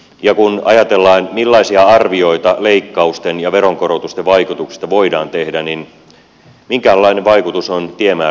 ja kun ajatellaan millaisia arvioita leikkausten ja veronkorotusten vaikutuksista voidaan tehdä niin minkähänlainen vaikutus on tiemäärärahojen leikkauksella